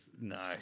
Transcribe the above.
No